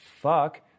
fuck